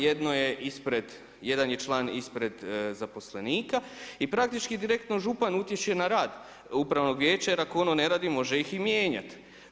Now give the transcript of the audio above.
Jedno je ispred, jedan je član ispred zaposlenika i praktički direktno župan utječe na rad Upravnog vijeća, jer ako ono ne radi može ih i mijenjati.